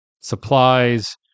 Supplies